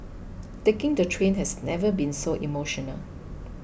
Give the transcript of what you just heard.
taking the train has never been so emotional